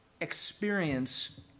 experience